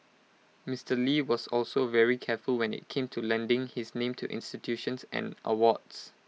Mister lee was also very careful when IT came to lending his name to institutions and awards